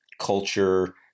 culture